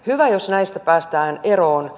hyvä jos näistä päästään eroon